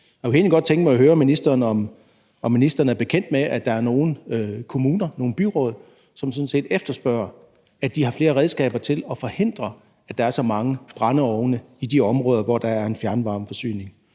Jeg kunne egentlig godt tænke mig at høre ministeren, om ministeren er bekendt med, at der er nogle kommuner, nogle byråd, som sådan set efterspørger, at de har flere redskaber til at forhindre, at der er så mange brændeovne i de områder, hvor der er en fjernvarmeforsyning.